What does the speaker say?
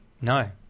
no